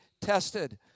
tested